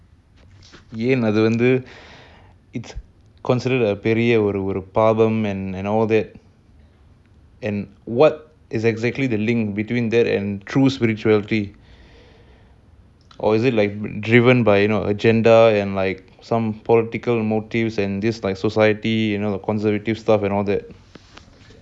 ஏன்அதுவந்து:yen adhu vandhu it's considered a பெரியஒருபாவம்:peria oru pavam problem and all that and what is exactly the link between that and true spirituality or is it driven by agenda and some political motives and this like society conservative stuff you know and all that